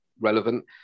relevant